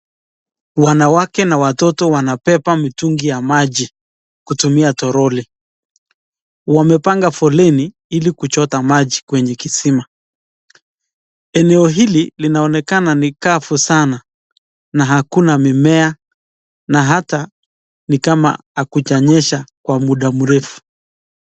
Wanawake na watoto wanabeba mitungi ya maji kutumia toroli. Wamepanga foleni ili kuchota maji kwenye kisima. Eneo hili linaonekana ni kavu sana na hakuna mimea na hata ni kama hakujanyesha kwa muda mrefu.